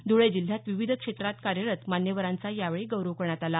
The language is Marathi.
ध्वळे जिल्ह्यात विविध क्षेत्रात कार्यरत मान्यवरांचा यावेळी गौरव करण्यात आला